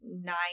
nine